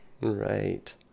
Right